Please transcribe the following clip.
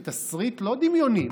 זה תסריט לא דמיוני,